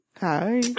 Hi